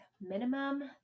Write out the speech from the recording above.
minimum